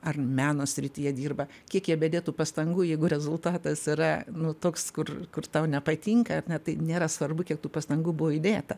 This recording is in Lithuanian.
ar meno srityje dirba kiek jie bedėtų pastangų jeigu rezultatas yra nu toks kur kur tau nepatinka tai nėra svarbu kiek tų pastangų buvo įdėta